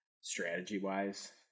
strategy-wise